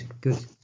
good